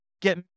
get